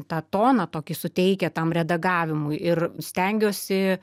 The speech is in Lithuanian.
tą toną tokį suteikia tam redagavimui ir stengiuosi